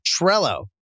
Trello